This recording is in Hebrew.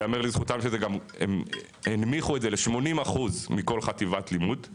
ייאמר לזכותם שהנמיכו את זה ל-80% מכל חטיבת לימוד.